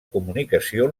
comunicació